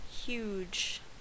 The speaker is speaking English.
huge